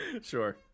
Sure